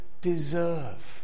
deserve